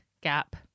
gap